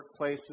workplaces